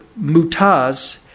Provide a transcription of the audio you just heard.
Mutaz